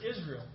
Israel